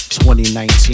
2019